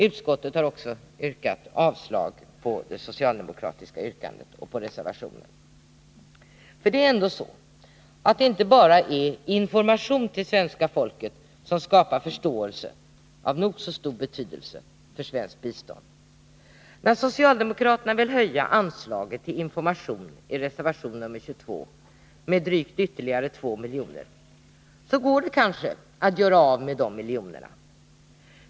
Utskottet har också yrkat avslag på det socialdemokratiska förslaget i reservationen. Det är ändå så, att det inte bara är information till svenska folket — även om den är av nog så stor betydelse — som skapar förståelse för svenskt bistånd. Socialdemokraterna vill i reservation nr 22 höja anslaget till information med ytterligare 2 miljoner, och det går kanske bra att göra av med de miljonerna.